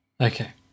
Okay